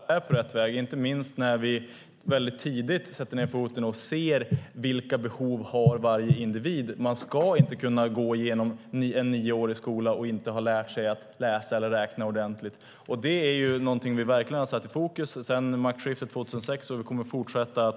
Fru talman! Vi har gjort ett par olika analyser. Jag tror ändå att svensk grundskola och gymnasieskola är på rätt väg. Inte minst sätter vi tidigt ned foten och ser vilka behov varje individ har. Man ska inte kunna gå igenom en nioårig skola utan att lära sig läsa eller räkna ordentligt. Det är något vi verkligen har satt i fokus sedan maktskiftet 2006, och vi kommer att fortsätta